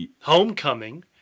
Homecoming